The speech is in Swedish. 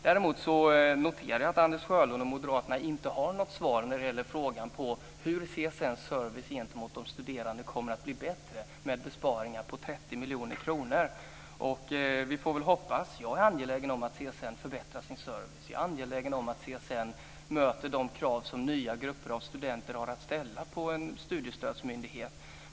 Jag noterar att Anders Sjölund och moderaterna inte har något svar när det gäller frågan om hur CSN:s service gentemot de studerande kommer att bli bättre med besparingar på 30 miljoner kronor. Jag är angelägen om att CSN förbättrar sin service. Jag är angelägen om att CSN möter de krav som nya grupper av studenter har att ställa på en studiestödsmyndighet.